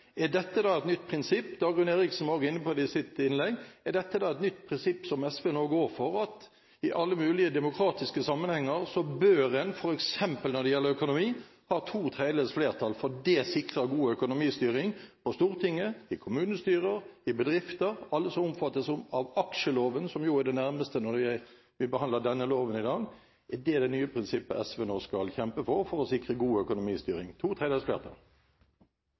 Er dette et nytt prinsipp? Dagrun Eriksen var også inne på det i sitt innlegg. Er dette et nytt prinsipp som SV nå går inn for, at i alle mulige demokratiske sammenhenger bør en, f.eks. når det gjelder økonomi, ha to tredjedels flertall, fordi det sikrer god økonomistyring – på Stortinget, i kommunestyrer og i bedrifter, for alle som omfattes av aksjeloven, som jo er det nærmeste når vi behandler denne loven i dag? Er dette det nye prinsippet SV nå skal kjempe for for å sikre god økonomistyring – to tredjedels flertall?